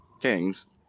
Kings